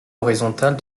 horizontale